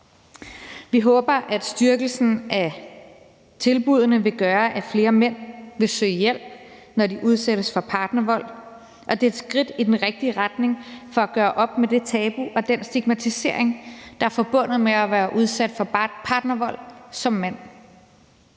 Vi håber, at styrkelsen af tilbuddene vil gøre, at flere mænd vil søge hjælp, når de udsættes for partnervold, og det er et skridt i den rigtige retning i forhold til at gøre op med det tabu og den stigmatisering, der er forbundet med at være udsat for partnervold som mand.